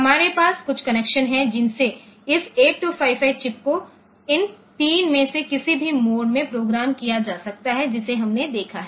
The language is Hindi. हमारे पास कुछ कनेक्शन हैं जिनसे इस 8255 चिप को इन 3 में से किसी भी मोड में प्रोग्राम किया जा सकता है जिसे हमने देखा है